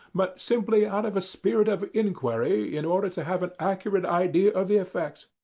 but simply out of a spirit of inquiry in order to have an accurate idea of the effects.